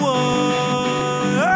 one